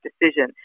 decision